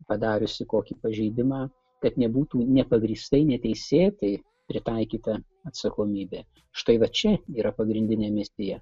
padariusi kokį pažeidimą kad nebūtų nepagrįstai neteisėtai pritaikyta atsakomybė štai va čia yra pagrindinė misija